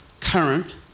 current